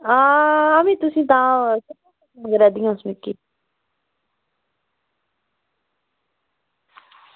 आं ओह्बी तुसेंगी तां मेला दियां हियां